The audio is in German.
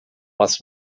was